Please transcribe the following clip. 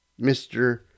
Mr